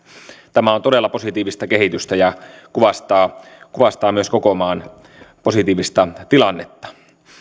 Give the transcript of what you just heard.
tämä on todella positiivista kehitystä ja kuvastaa kuvastaa myös koko maan positiivista tilannetta